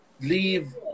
leave